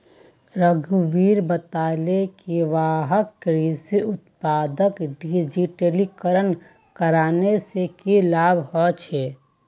रघुवीर बताले कि वहाक कृषि उत्पादक डिजिटलीकरण करने से की लाभ ह छे